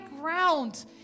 ground